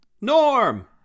Norm